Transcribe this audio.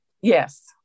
Yes